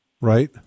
Right